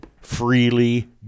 freely